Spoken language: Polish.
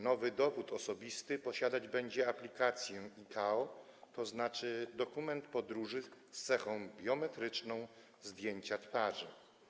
Nowy dowód osobisty posiadać będzie aplikację ICAO, tzn. dokument podróży z cechą biometryczną „zdjęcie twarzy”